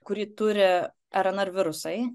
kurį turi rnr virusai